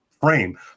frame